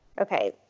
Okay